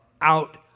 out